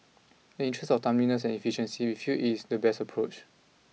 in the interest of timeliness and efficiency we feel it is the best approach